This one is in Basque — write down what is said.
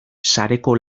sareko